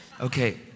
Okay